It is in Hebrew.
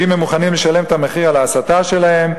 ואם הם מוכנים לשלם את המחיר על ההסתה שלהם,